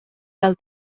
del